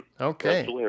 Okay